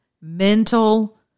mental